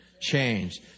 change